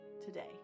today